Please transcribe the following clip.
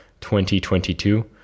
2022